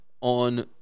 on